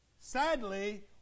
Sadly